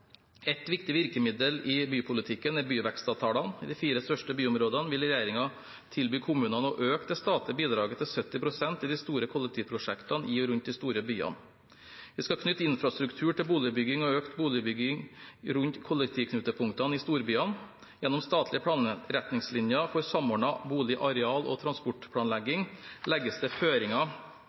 Et viktig virkemiddel i bypolitikken er byvekstavtalene. I de fire største byområdene vil regjeringen tilby kommunene å øke det statlige bidraget til 70 pst. i de store kollektivprosjektene i og rundt de store byene. Vi skal knytte infrastruktur til boligbygging og øke boligbyggingen rundt kollektivknutepunktene i storbyene. Gjennom statlige planretningslinjer for samordnet bolig-, areal- og transportplanlegging legges det føringer